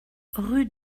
rue